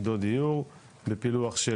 בפילוח של